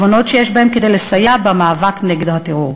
תובנות שיש בהן כדי לסייע במאבק נגד הטרור.